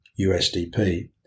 USDP